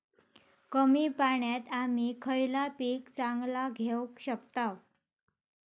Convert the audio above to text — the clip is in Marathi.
कमी पाण्यात आम्ही खयला पीक चांगला घेव शकताव?